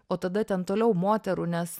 o tada ten toliau moterų nes